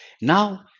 Now